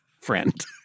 friend